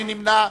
מי נמנע?